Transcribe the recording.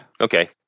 Okay